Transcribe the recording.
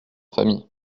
famille